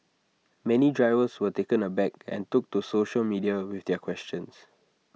many drivers were taken aback and took to social media with their questions